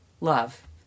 love